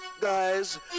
guys